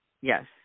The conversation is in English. Yes